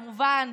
כמובן,